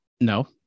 No